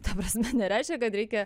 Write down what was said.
ta prasme nereiškia kad reikia